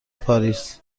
پاریس